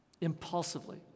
impulsively